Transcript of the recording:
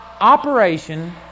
operation